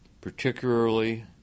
particularly